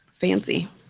fancy